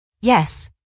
Yes